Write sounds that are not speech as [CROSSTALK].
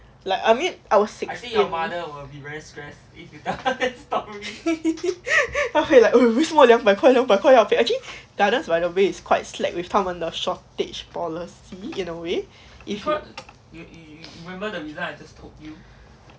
like I mean our sixty [LAUGHS] 她会:tae hui like [NOISE] 两百块两百块要给 actually gardens by the bay it's quite slack with 他们的 shortage policy in a way if you